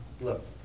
Look